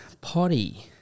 potty